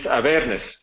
awareness